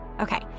Okay